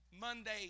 Monday